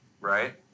right